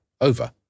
Over